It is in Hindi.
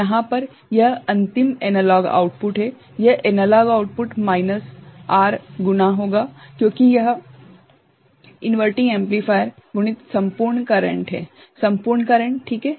तो यहाँ पर आउटपुट यह अंतिम एनालॉग आउटपुट है यह एनालॉग आउटपुट माइनस R गुना होगा क्योंकि यह इनवर्टिंग एम्पलीफायर गुणित सम्पूर्ण करेंट है सम्पूर्ण करेंट ठीक है